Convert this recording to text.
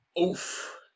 Oof